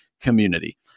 community